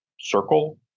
circle